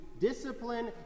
discipline